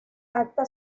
acta